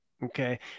Okay